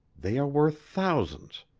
they are worth thousands.